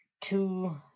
two